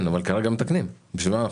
אבל עכשיו אנחנו מתקנים את זה.